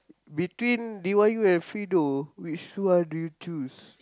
between D_Y_U and Fiido which one do you choose